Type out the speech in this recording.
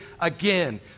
again